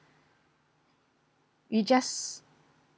we just